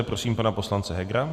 Prosím pana poslance Hegera.